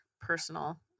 personal